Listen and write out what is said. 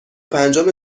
پنجم